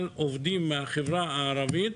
עובדים מהחברה הערבית,